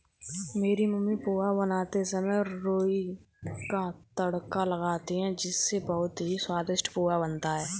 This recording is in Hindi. मेरी मम्मी पोहा बनाते समय राई का तड़का लगाती हैं इससे बहुत ही स्वादिष्ट पोहा बनता है